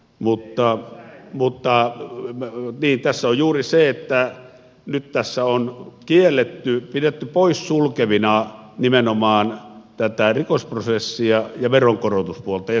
niin tässä on juuri se että nyt tässä on kielletty pidetty poissulkevina nimenomaan tätä rikosprosessia ja veronkorotuspuolta ja silloin se tarkoittaa heikennystä